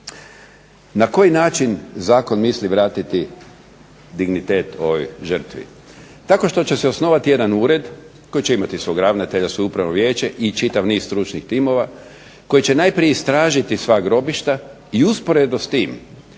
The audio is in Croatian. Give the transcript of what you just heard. Na koji način zakon misli vratiti dignitet ovoj žrtvi?